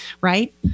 right